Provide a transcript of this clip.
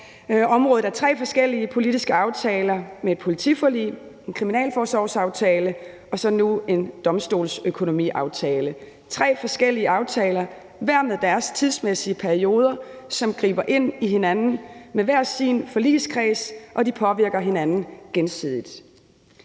området af tre forskellige politiske aftaler med politiforlig, en kriminalforsorgsaftale og så nu en domstolsøkonomiaftale. Det er tre forskellige aftaler, hver med deres tidsmæssige perioder, som griber ind i hinanden med hver sin forligskreds, og de påvirker hinanden gensidigt.